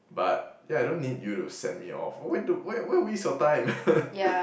but yeah I don't need you to send me off why do why why waste your time